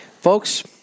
folks